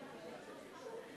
והיא אמרה לך: תגידי לה שתרשום.